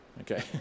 Okay